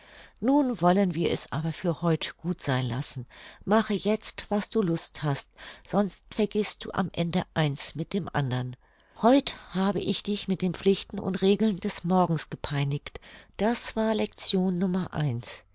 nun wollen wir es aber für heut gut sein lassen mache jetzt was du lust hast sonst vergißt du am ende eins mit dem andern heut habe ich dich mit den pflichten und regeln des morgens gepeinigt das war lection nummer